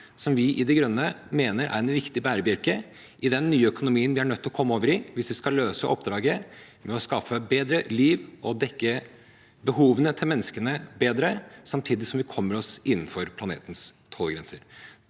som vi i De Grønne mener er en viktig bærebjelke i den nye økonomien vi er nødt til å komme over i hvis vi skal løse oppdraget med å skape et bedre liv for mennesker og dekke behovene deres bedre, samtidig som vi kommer oss innenfor planetens tålegrenser.